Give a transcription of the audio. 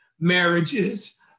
Marriages